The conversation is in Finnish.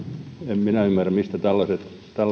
en minä ymmärrä mistä tällaiset